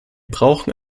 brauchen